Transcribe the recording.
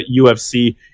ufc